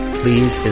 please